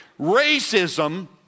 Racism